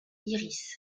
iris